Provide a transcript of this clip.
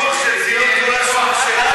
אין ויכוח שציון כולה שלנו,